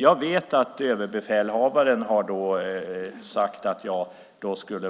Jag vet att överbefälhavaren har sagt att